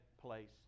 place